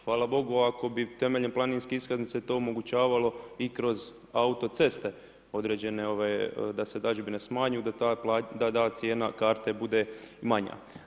Hvala Bogu, ako bi temeljem planinske iskaznice to omogućavalo i kroz autoceste određene ove da se dadžbine smanjuju, da ta cijena karte bude manja.